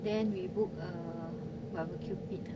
then we book a barbecue pit